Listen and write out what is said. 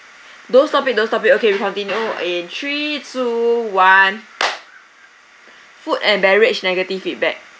don't stop it don't stop it okay we continue in three two one food and beverage negative feedback